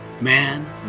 Man